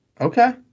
Okay